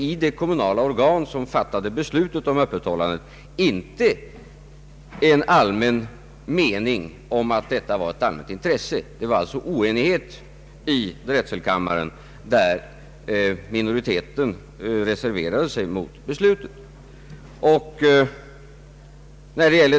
I det kommunala organ som fattade beslutet om öppethållande fanns det inte någon allmän mening om att detta var ett allmänt intresse. Det rådde alltså oenighet i drätselkammaren, där minoriteten reserverade sig mot beslutet.